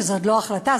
כשזו עוד לא החלטה,